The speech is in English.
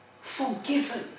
forgiven